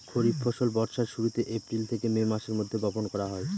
খরিফ ফসল বর্ষার শুরুতে, এপ্রিল থেকে মে মাসের মধ্যে, বপন করা হয়